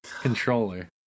controller